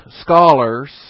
scholars